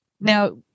Now